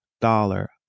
dollar